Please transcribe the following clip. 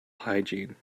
hygiene